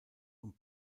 und